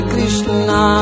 Krishna